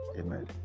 Amen